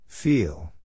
Feel